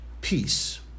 Peace